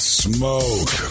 smoke